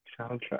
soundtrack